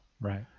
right